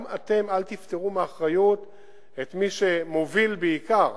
גם אתם אל תפטרו מאחריות את מי שמוביל בעיקר